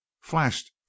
flashed